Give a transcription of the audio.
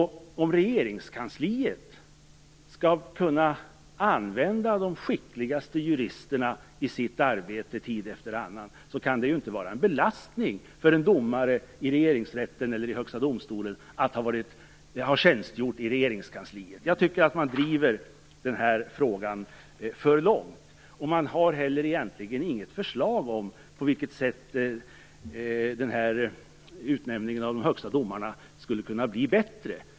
Om Regeringskansliet skall kunna använda de skickligaste juristerna i sitt arbete tid efter annan, kan det ju inte vara en belastning för en domare i Regeringsrätten eller i Högsta domstolen att ha tjänstgjort i Regeringskansliet. Jag tycker att man driver den här frågan för långt. Man har egentligen heller inget förslag om på vilket sätt utnämningen av de högsta domarna skulle kunna bli bättre.